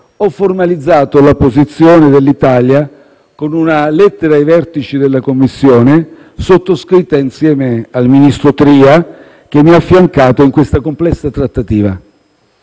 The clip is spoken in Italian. ho formalizzato la posizione dell'Italia con una lettera ai vertici della Commissione europea, sottoscritta insieme al ministro Tria, che mi ha affiancato in questa complessa trattativa.